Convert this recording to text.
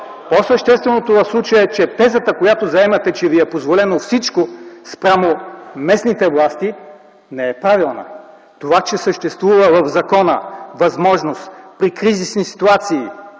по-същественото в случая е, че тезата, която заемате – че ви е позволено всичко спрямо местните власти, не е правилна. Това, че в закона съществува възможност при кризисни ситуации